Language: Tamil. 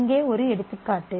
இங்கே ஒரு எடுத்துக்காட்டு